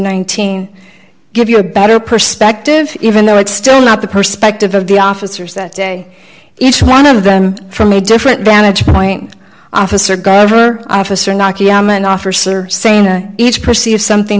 nineteen give you a better perspective even though it's still not the perspective of the officers that day each one of them from a different vantage point officer guy over officer naki i'm an officer saying to each perceive something